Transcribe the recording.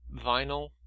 vinyl